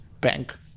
bank